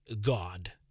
God